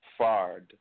Fard